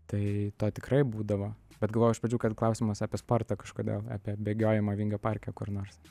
tai to tikrai būdavo bet galvojau iš pradžių kad klausimas apie sportą kažkodėl apie bėgiojimą vingio parke kur nors